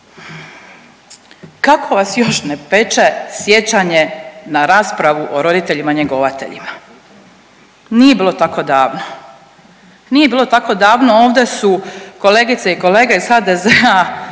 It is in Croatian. Kako vas još ne peče sjećanje na raspravu o roditeljima njegovateljima, nije bilo tako davno. Nije bilo tako davno, ovdje su kolegice i kolege iz HDZ-a